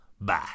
Bye